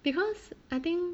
because I think